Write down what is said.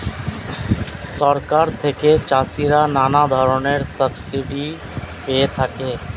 সরকার থেকে চাষিরা নানা ধরনের সাবসিডি পেয়ে থাকে